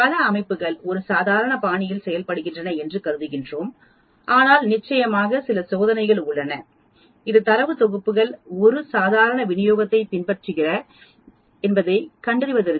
பல அமைப்புகள் ஒரு சாதாரண பாணியில் செயல்படுகின்றன என்று கருதுகின்றோம் ஆனால் நிச்சயமாக சில சோதனைகள் உள்ளன இது தரவுத் தொகுப்புகள் ஒரு சாதாரண விநியோகத்தைப் பின்பற்றுகிற என்பதைக் கண்டறிவதற்கு